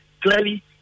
Clearly